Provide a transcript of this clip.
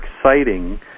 exciting